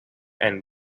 and